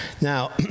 Now